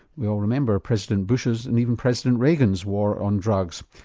we all remember president bush's and even president reagan's war on drugs.